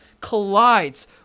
collides